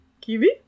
Kiwi